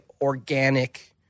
organic